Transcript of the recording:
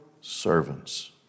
servants